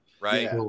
right